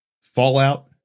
Fallout